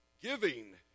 giving